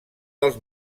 dels